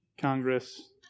Congress